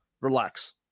Relax